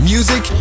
Music